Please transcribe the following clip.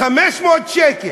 500 שקל.